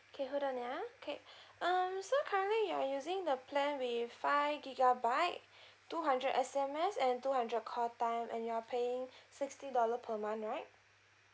okay hold on ya okay um so currently you're using the plan with five gigabyte two hundred S_M_S and two hundred call time and you're paying sixty dollar per month right